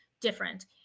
different